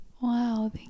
Wow